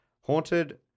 Haunted